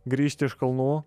grįžti iš kalnų